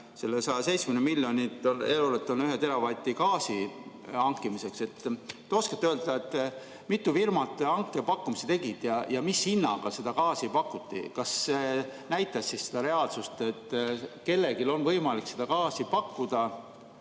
hanke, 170 miljonit eurot on 1 teravati gaasi hankimiseks. Oskate te öelda, kui mitu firmat hankepakkumise tegid ja mis hinnaga gaasi pakuti? Kas see näitas siis seda reaalsust, et kellelgi on võimalik seda gaasi pakkuda?